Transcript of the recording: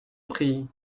prie